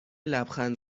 لبخند